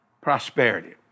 prosperity